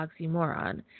oxymoron